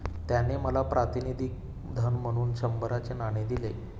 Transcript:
त्याने मला प्रातिनिधिक धन म्हणून शंभराचे नाणे दिले